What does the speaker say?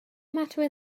matter